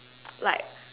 like